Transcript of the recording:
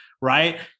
right